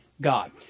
God